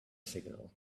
signal